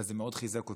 אבל זה מאוד חיזק אותי,